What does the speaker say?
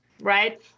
right